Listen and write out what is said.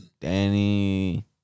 Danny